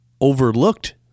overlooked